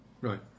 Right